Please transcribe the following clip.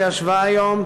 שישבה היום,